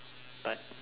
but